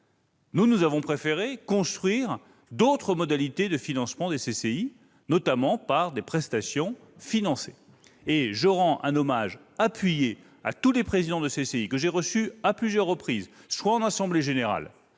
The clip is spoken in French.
nous avons préféré construire d'autres modalités de financement, notamment par des prestations financées. Je rends un hommage appuyé à tous les présidents de CCI que j'ai reçus à plusieurs reprises, soit en assemblée générale,